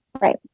right